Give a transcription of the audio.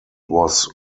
was